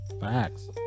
facts